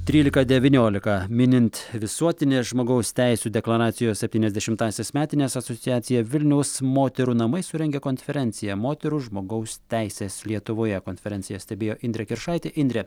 trylika devyniolika minint visuotinės žmogaus teisių deklaracijos septyniasdešimtąsias metines asociacija vilniaus moterų namai surengė konferenciją moterų žmogaus teisės lietuvoje konferenciją stebėjo indrė kiršaitė indre